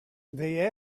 they